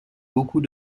beaucoup